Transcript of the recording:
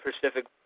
Pacific